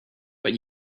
but